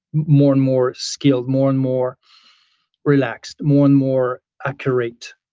more and more skilled, more and more relaxed, more and more accurate.